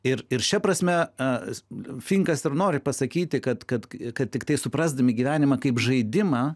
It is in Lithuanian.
ir ir šia prasme finkas ir nori pasakyti kad kad kad tiktai suprasdami gyvenimą kaip žaidimą